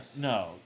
no